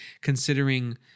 considering